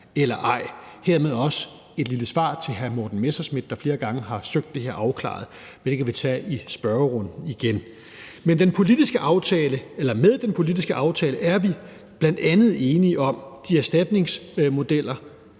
eller ej. Hermed giver jeg også et lille svar til hr. Morten Messerschmidt, der flere gange har søgt det her afklaret. Men det kan vi tage i spørgerunden igen. Med den politiske aftale er vi bl.a. enige om de erstatningsmodeller,